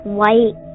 white